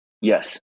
Yes